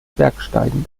bergsteigen